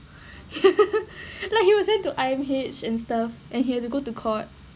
like he was sent to I_M_H and stuff and he had to go to court